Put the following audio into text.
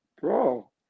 bro